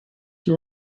you